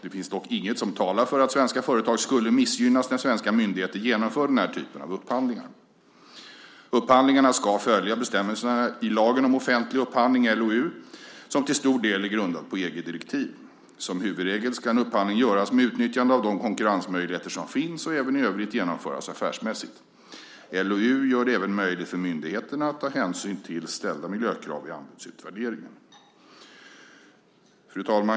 Det finns dock inget som talar för att svenska företag skulle missgynnas när svenska myndigheter genomför denna typ av upphandlingar. Upphandlingarna ska följa bestämmelserna i lagen om offentlig upphandling , som till stor del är grundad på EG-direktiv. Som huvudregel ska en upphandling göras med utnyttjande av de konkurrensmöjligheter som finns och även i övrigt genomföras affärsmässigt. LOU gör det även möjligt för myndigheterna att ta hänsyn till ställda miljökrav vid anbudsutvärderingen.